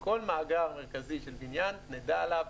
כל מאגר מרכזי של בניין נדע עליו,